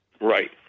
Right